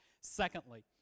Secondly